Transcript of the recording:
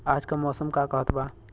आज क मौसम का कहत बा?